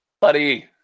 Buddy